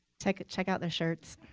check check out their shirts.